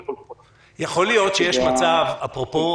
אפרופו,